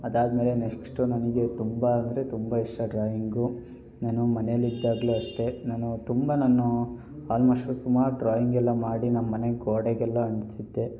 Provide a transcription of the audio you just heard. ಅದಾದ್ಮೇಲೆ ನೆಕ್ಸ್ಟು ನಮಗೆ ತುಂಬ ಅಂದರೆ ತುಂಬ ಇಷ್ಟ ಡ್ರಾಯಿಂಗು ನಾನು ಮನೆಯಲ್ಲಿದ್ದಾಗ್ಲೂ ಅಷ್ಟೇ ನಾನು ತುಂಬ ನಾನೂ ಆಲ್ಮೋಸ್ಟ್ ಸುಮಾರು ಡ್ರಾಯಿಂಗೆಲ್ಲ ಮಾಡಿ ನಮ್ಮನೆ ಗೋಡೆಗೆಲ್ಲ ಅಂಟಿಸಿದ್ದೆ